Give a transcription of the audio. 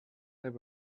there